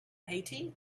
haiti